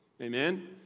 Amen